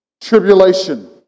tribulation